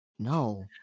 No